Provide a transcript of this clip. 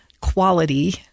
quality